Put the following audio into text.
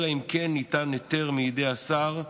אלא אם כן ניתן היתר מידי השר,